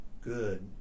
good